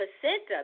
placenta